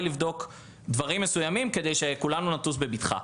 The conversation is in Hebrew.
לבדוק דברים מסוימים כדי שכולנו נטוס בבטחה.